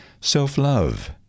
Self-love